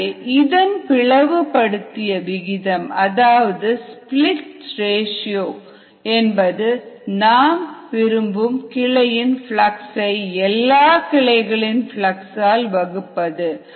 எனவே இதன் பிளவு படுத்திய விகிதம் அதாவது ஸ்பிளிட் ரேஷியோ என்பது நாம் விரும்பும் கிளையின் பிளக்ஸ் ஐ எல்லா கிளைகளின் பிளக்ஸ் ஆல் வகுப்பது